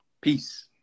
peace